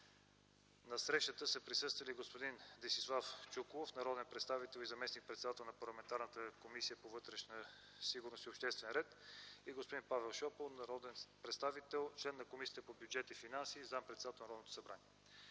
На срещата са присъствали господин Десислав Чуколов – народен представител и заместник-председател на парламентарната Комисия по вътрешна сигурност и обществен ред и господин Павел Шопов – народен представител, член на Комисията по бюджет и финанси и заместник-председател на Народното събрание.